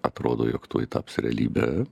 atrodo jog tuoj taps realybe